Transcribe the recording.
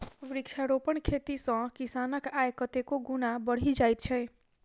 वृक्षारोपण खेती सॅ किसानक आय कतेको गुणा बढ़ि जाइत छै